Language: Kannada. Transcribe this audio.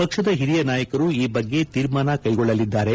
ಪಕ್ಷದ ಹಿರಿಯ ನಾಯಕರು ಈ ಬಗ್ಗೆ ತೀರ್ಮಾನ ಕೈಗೊಳ್ಳಲಿದ್ದಾರೆ